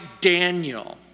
Daniel